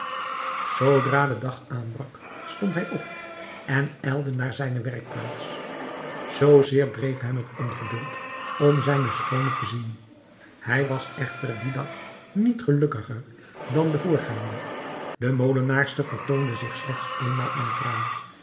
zoodra de dag aanbrak stond hij op en ijlde naar zijne werkplaats zoo zeer dreef hem het ongeduld om zijne schoone te zien hij was echter dien dag niet gelukkiger dan den voorgaande de molenaarster vertoonde zich slechts éénmaal aan het raam